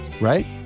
right